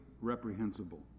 reprehensible